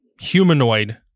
humanoid